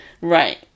Right